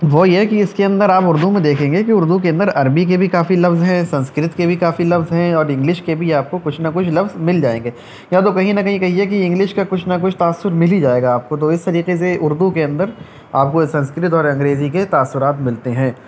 وہ یہ کہ اس کے اندر آپ اردو میں دیکھیں گے کہ اردو کے اندر عربی کے بھی کافی لفظ ہیں سنسکرت کے بھی کافی لفظ ہیں اور انگلش کے بھی آپ کو کچھ نہ کچھ لفظ مل جائیں گے یا تو کہیں نہ کہیں کہیے کہ انگلش كے كچھ نہ کچھ تأثر مل ہى جائے گا آپ کو تو اس طریقے سے اردو کے اندر آپ كو سنسكرت اور انگريزى كے تأثرات ملتے ہيں